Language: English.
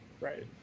right